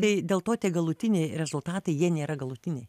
tai dėl to tie galutiniai rezultatai jie nėra galutiniai